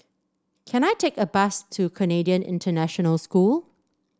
can I take a bus to Canadian International School